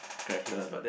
character lah